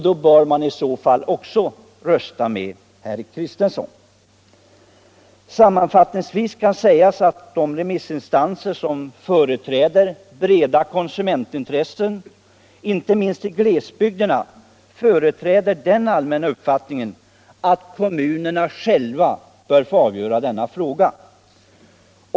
Då bör man i så fall också rösta med herr Kristensons reservation nr 5. Sammanfattningsvis kan sägas att de remissinstanser som representerar breda konsumentintressen, inte minst i glesbygderna, företräder den allmänna uppfattningen att kommunerna själva bör få avgöra denna fråga.